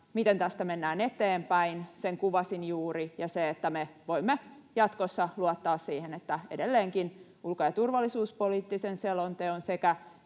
miten tästä mennään eteenpäin, sen kuvasin juuri, ja se, että me voimme jatkossa luottaa siihen, että edelleenkin ulko- ja turvallisuuspoliittisen selonteon sekä